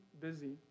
busy